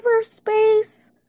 space